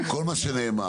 כל מה שנאמר,